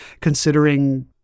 Considering